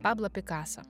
pablą pikasą